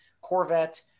Corvette